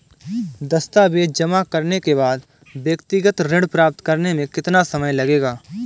दस्तावेज़ जमा करने के बाद व्यक्तिगत ऋण प्राप्त करने में कितना समय लगेगा?